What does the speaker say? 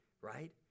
right